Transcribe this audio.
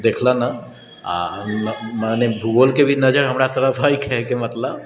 देखलनि अइ मने भूगोलके भी नजरि हमरा तरफ हइ कहैके मतलब